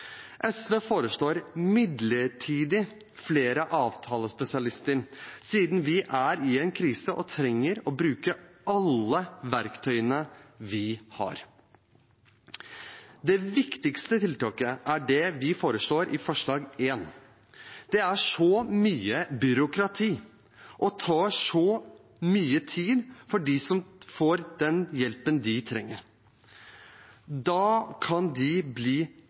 SV foreslår midlertidig flere avtalespesialister, siden vi er i en krise og trenger å bruke alle verktøyene vi har. Det viktigste tiltaket er det vi foreslår i forslag nr. 1. Det er så mye byråkrati og tar så mye tid før de unge får den hjelpen de trenger. Da kan de bli